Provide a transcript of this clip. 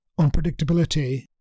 unpredictability